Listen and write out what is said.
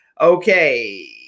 Okay